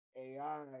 AI